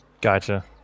gotcha